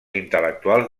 intel·lectuals